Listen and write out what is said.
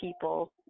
people